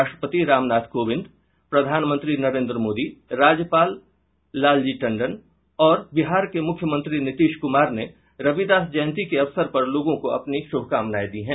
राष्ट्रपति रामनाथ कोविंद प्रधानमंत्री नरेन्द्र मोदी और बिहार के राज्यपाल लाल जी टंडन तथा मुख्यमंत्री नीतीश कुमार ने रविदास जयंती के अवसर पर लोगों को अपनी शुभकामनाएं दी हैं